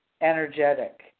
energetic